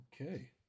Okay